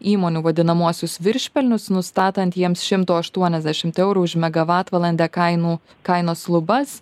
įmonių vadinamuosius viršpelnius nustatant jiems šimto aštuoniasdešimt eurų už megavatvalandę kainų kainos lubas